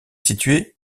situé